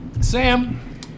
Sam